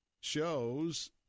shows